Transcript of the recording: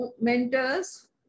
mentors